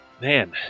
Man